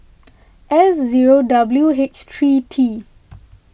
S zero W H three T